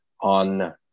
on